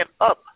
up